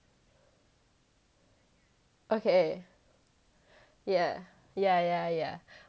okay yeah yeah yeah yeah